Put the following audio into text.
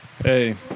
hey